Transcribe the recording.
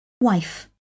wife